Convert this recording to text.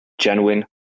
genuine